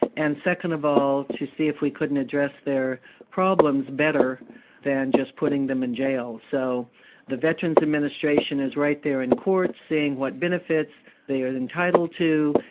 and second of all, to see if we couldn't address their problems better than just putting them in jail. so the veterans' administration is right there in court saying what benefits they're entitled to,